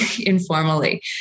informally